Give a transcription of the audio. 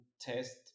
test